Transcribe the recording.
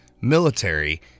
military